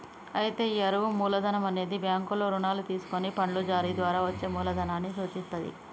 అయితే ఈ అరువు మూలధనం అనేది బ్యాంకుల్లో రుణాలు తీసుకొని బాండ్లు జారీ ద్వారా వచ్చే మూలదనాన్ని సూచిత్తది